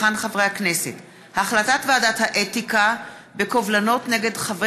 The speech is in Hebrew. החלטת ועדת האתיקה בקובלנות נגד חבר